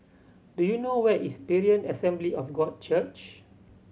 do you know where is Berean Assembly of God Church